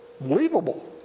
believable